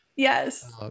Yes